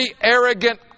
arrogant